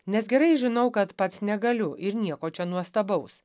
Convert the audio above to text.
nes gerai žinau kad pats negaliu ir nieko čia nuostabaus